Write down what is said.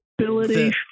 ability